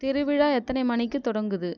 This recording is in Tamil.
திருவிழா எத்தனை மணிக்கு தொடங்குது